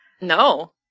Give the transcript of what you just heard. No